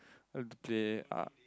okay ah